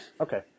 Okay